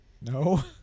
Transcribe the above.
No